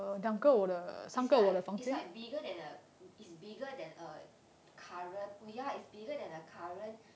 it's like it's like bigger than uh it's bigger than uh current oh ya it's bigger than the current